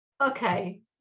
okay